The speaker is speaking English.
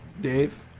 dave